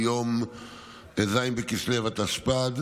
התשכ"ה,